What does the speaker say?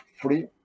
free